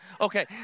Okay